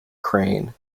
crane